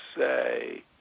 say